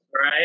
right